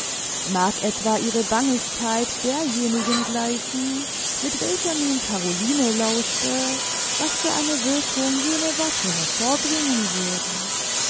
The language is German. mag etwa ihre bangigkeit derjenigen gleichen mit welcher nun caroline lauschte was für eine wirkung jene worte hervorbringen würden